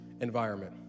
environment